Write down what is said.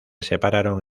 separaron